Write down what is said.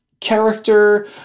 character